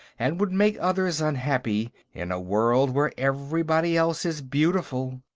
and would make others unhappy, in a world where everybody else is beautiful.